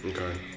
Okay